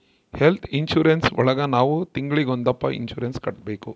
health insurance ಒಳಗ ನಾವ್ ತಿಂಗ್ಳಿಗೊಂದಪ್ಪ ಇನ್ಸೂರೆನ್ಸ್ ಕಟ್ಟ್ಬೇಕು